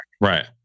right